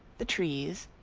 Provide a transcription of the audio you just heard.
the trees,